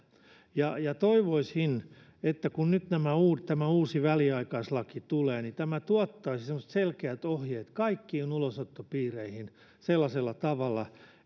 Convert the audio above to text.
toivoisin että kun nyt tämä uusi väliaikaislaki tulee niin tämä tuottaisi semmoiset selkeät ohjeet kaikkiin ulosottopiireihin sellaisella tavalla